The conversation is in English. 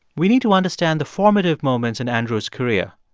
we need to understand the formative moments in andrew's career.